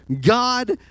God